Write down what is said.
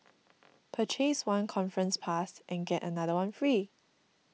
purchase one conference pass and get another one free